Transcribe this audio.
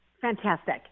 Fantastic